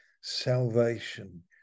salvation